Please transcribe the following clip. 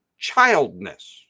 childness